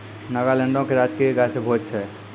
नागालैंडो के राजकीय गाछ भोज छै